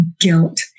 guilt